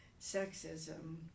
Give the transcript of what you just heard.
sexism